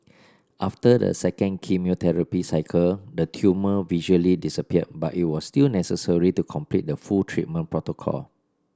after the second chemotherapy cycle the tumour visually disappeared but it was still necessary to complete the full treatment protocol